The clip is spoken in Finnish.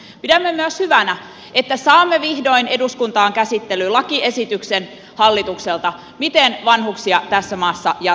pidämme myös hyvänä että saamme vihdoin eduskuntaan käsittelyyn lakiesityksen hallitukselta siitä miten vanhuksia tässä maassa jatkossa kohdellaan